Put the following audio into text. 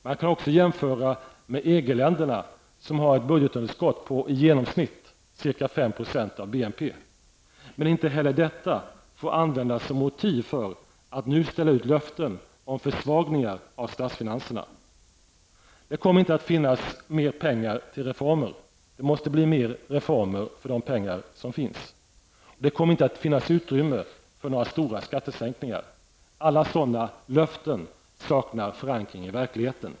Man kan också jämföra med EG-länderna, som har ett budgetunderskott på i genomsnitt ca 5 % av BNP. Men inte heller detta får användas som motiv för att nu ställa ut löften om försvagningar av statsfinanserna. Det kommer inte att finnas mer pengar till reformer. Det måste bli mer reformer för de pengar som finns. Det kommer inte att finnas utrymme för några stora skattesänkningar. Alla sådana löften saknar förankring i verkligheten.